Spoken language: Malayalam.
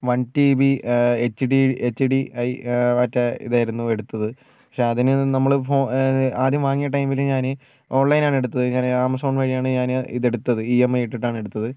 one T B H D H D I മറ്റേ ഇതായിരുന്നു എടുത്തത് പക്ഷെ അതിന് നമ്മള് ഫോ ആദ്യം വാങ്ങിയ ടൈമില് ഞാന് ഓൺലൈനാണ് എടുത്തത് ഞാന് ആമസോൺ വഴിയാണ് ഞാന് ഇത് എടുത്തത് ഇ എം ഐ ഇട്ടിട്ടാണ് എടുത്തത്